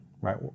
right